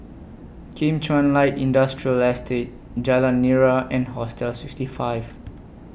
Kim Chuan Light Industrial Estate Jalan Nira and Hostel sixty five